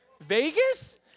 Vegas